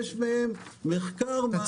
ולבקש מהם מחקר מעמיק על כל הדברים האלה.